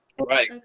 Right